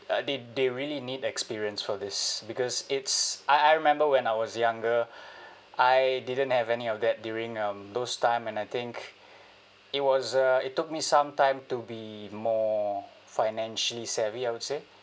they they really need experience for this because it's I I remember when I was younger I didn't have any of that during um those time and I think it was uh it took me some time to be more financially savvy I would say